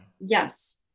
yes